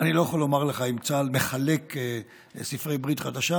אני לא יכול לומר לך אם צה"ל מחלק את ספרי הברית החדשה.